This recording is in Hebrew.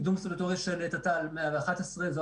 קידום סטטוטורי של תת"ל 111 שעליו דיברתי,